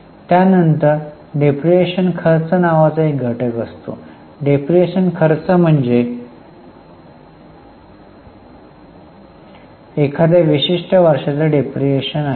त्यानंतर डिप्रीशीएशन खर्च नावाचा एक घटक असतो डिप्रीशीएशन खर्च म्हणजे एखाद्या विशिष्ट वर्षाचा डिप्रीशीएशन आहे